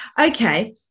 Okay